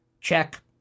Check